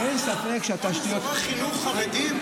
אין ספק שהתשתיות --- באזורי חינוך חרדי,